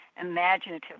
imaginative